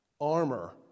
armor